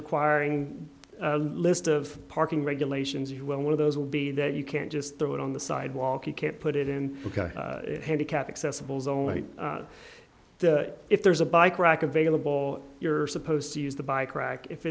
requiring a list of parking regulations you will one of those will be that you can't just throw it on the sidewalk you can't put it in the handicapped accessible zone if there's a bike rack available you're supposed to use the bike rack if